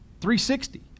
360